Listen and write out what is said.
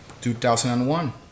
2001